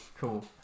Cool